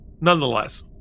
Nonetheless